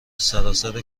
سرتاسر